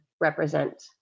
represent